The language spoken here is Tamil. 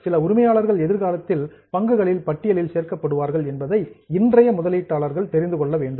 சில உரிமையாளர்கள் எதிர்காலத்தில் பங்குகளின் பட்டியலில் சேர்க்கப் படுவார்கள் என்பதை இன்றைய முதலீட்டாளர்கள் தெரிந்து கொள்ள வேண்டும்